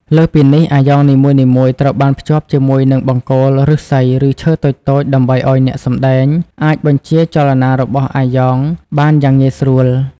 លើសពីនេះ អាយ៉ងនីមួយៗត្រូវបានភ្ជាប់ជាមួយនឹងបង្គោលឫស្សីឬឈើតូចៗដើម្បីឱ្យអ្នកសម្តែងអាចបញ្ជាចលនារបស់អាយ៉ងបានយ៉ាងងាយស្រួល។